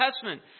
Testament